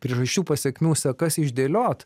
priežasčių pasekmių sekas išdėlioti